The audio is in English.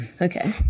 Okay